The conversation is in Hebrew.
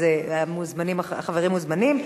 החברים מוזמנים.